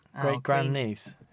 Great-grandniece